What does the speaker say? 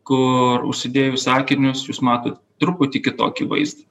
kur užsidėjus akinius jūs matot truputį kitokį vaizdą